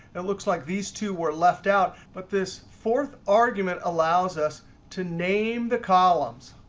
it looks like these two were left out, but this fourth argument allows us to name the columns.